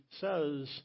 says